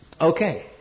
Okay